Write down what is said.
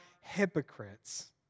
hypocrites